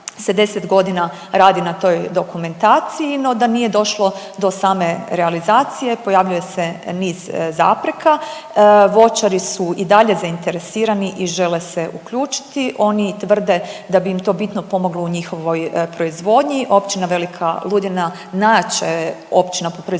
10 godina radi na toj dokumentaciji, no da nije došlo do same realizacije, pojavljuje se niz zapreka, voćari su i dalje zainteresirani i žele se uključiti. Oni tvrde da bi im to bitno pomoglo u njihovoj proizvodnji, općina Velika Ludina najjača je općina po proizvodnji